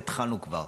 והתחלנו כבר.